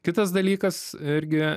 kitas dalykas irgi